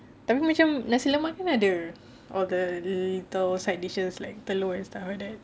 tapi macam nasi lemak pun ada other side dishes like telur and stuff like that